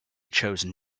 chosen